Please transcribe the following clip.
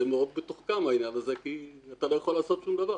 העניין הזה מאוד מתוחכם כי אתה לא יכול לעשות שום דבר.